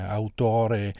autore